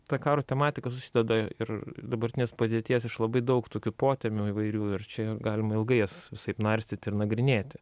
ta karo tematika susideda ir dabartinės padėties iš labai daug tokių potemių įvairių ir čia ir galima ilgai jas visaip narstyti ir nagrinėti